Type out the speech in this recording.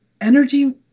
energy